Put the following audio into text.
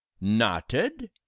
Knotted